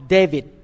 David